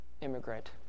immigrant